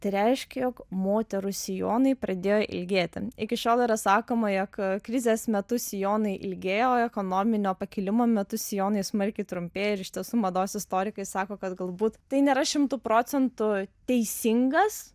tai reiškia jog moterų sijonai pradėjo ilgėti iki šiol yra sakoma jog krizės metu sijonai ilgėja o ekonominio pakilimo metu sijonai smarkiai trumpėja ir iš tiesų mados istorikai sako kad galbūt tai nėra šimtu procentų teisingas